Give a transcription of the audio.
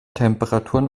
temperaturen